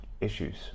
issues